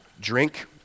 Drink